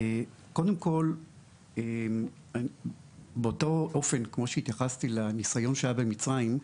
קודם כל באותו אופן כמו שהתייחסתי לניסיון שהיה במצרים,